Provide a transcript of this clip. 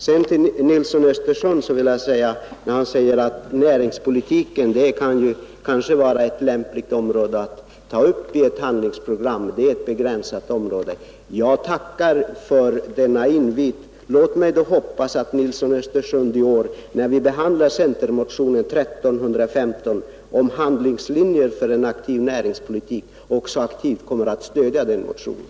Herr Nilsson i Östersund säger att näringspolitiken kanske kan vara ett lämpligt område att ta upp i ett handlingsprogram, eftersom det är ett begränsat område. Jag tackar för denna invit. Låt mig då hoppas att herr Nilsson i Östersund i vår, när vi behandlar centerpartimotionen 1315 om handlingslinjer för en aktiv näringspolitik, också kommer att aktivt stödja den motionen.